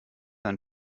ein